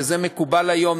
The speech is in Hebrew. וזה מקובל היום,